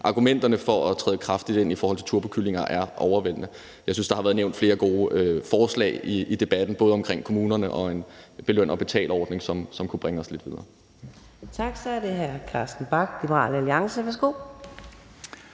argumenterne for at skride kraftigt ind i forhold til turbokyllinger er overvældende. Jeg synes, der har været nævnt flere gode forslag i debatten, både omkring kommunerne og en beløn og betal-ordning, som kunne bringe os lidt videre.